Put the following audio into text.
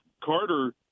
Carter